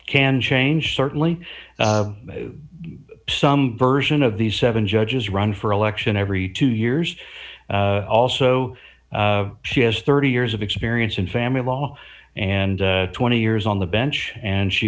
can change certainly some version of these seven judges run for election every two years also she has thirty years of experience in family law and twenty years on the bench and she